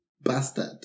Bastard